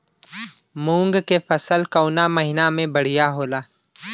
मुँग के फसल कउना महिना में बढ़ियां होला?